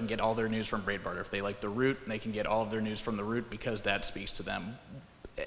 can get all their news from braeburn or if they like the route they can get all of their news from the root because that speaks to them